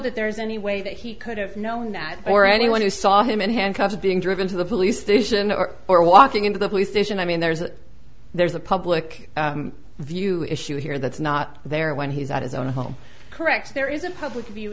that there's any way that he could have known that or anyone who saw him in handcuffs being driven to the police station or or walking into the police station i mean there's a there's a public view issue here that's not there when he's at his own home correct there is a public view